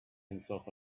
himself